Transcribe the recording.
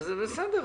בסדר.